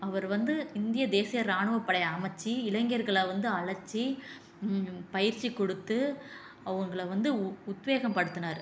அவர் வந்து இந்திய தேசிய ராணுவப் படை அமைச்சி இளைஞர்களை வந்து அழைச்சி பயிற்சி கொடுத்து அவங்கள வந்து உ உத்வேகம் படுத்தினாரு